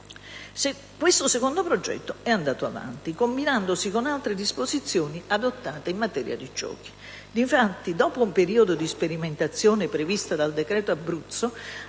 Questo secondo progetto è andato avanti combinandosi con altre disposizioni adottate in materia di giochi. Difatti, dopo un periodo di sperimentazione previsto dal decreto-legge